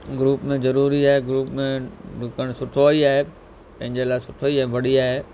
group में ज़रूरी आहे ग्रुप में डुकणु सुठो ई आहे पंहिंजे लाइ सुठो ई बढ़िया आहे